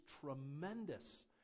tremendous